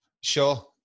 sure